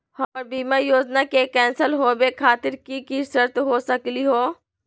हमर बीमा योजना के कैन्सल होवे खातिर कि कि शर्त हो सकली हो?